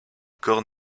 corps